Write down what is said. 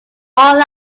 all